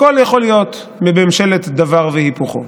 הכול יכול להיות בממשלת דבר והיפוכו.